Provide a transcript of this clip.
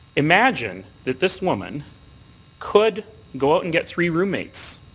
imagine that this woman could go out and get three roommates.